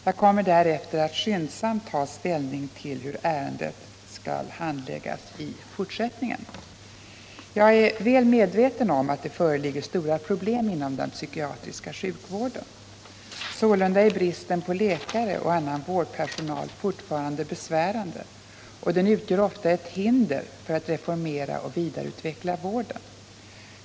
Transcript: Jag kommer därefter att skyndsamt ta ställning till hur ärendet skall handläggas i fortsättningen. Jag är väl medveten om att det föreligger stora problem inom den psykiatriska sjukvården. Sålunda är bristen på läkare och annan vårdpersonal fortfarande besvärande, och den utgör ofta ett hinder för att reformera och vidareutveckla vården.